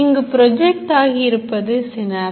இங்கு புரொஜெக்ட் ஆகியிருப்பது Synapse